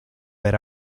era